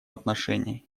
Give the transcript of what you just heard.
отношении